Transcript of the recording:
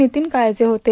नितीन काळजे होते